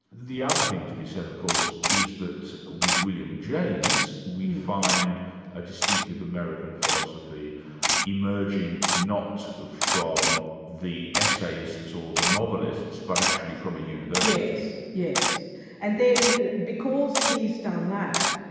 the other thing to be said of course, is that with william james we find a distinctive american philosophy emerging not from the essayists or the novelists but actually from a university. yes. and then because he's done that,